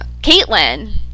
caitlin